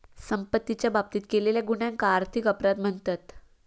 संपत्तीच्या बाबतीत केलेल्या गुन्ह्यांका आर्थिक अपराध म्हणतत